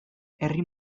herri